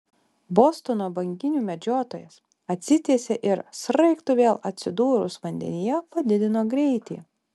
bostono banginių medžiotojas atsitiesė ir sraigtui vėl atsidūrus vandenyje padidino greitį